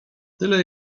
tyle